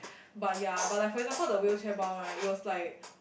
but ya but like for example the wheelchair bound right it was like